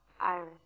Iris